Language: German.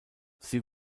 sie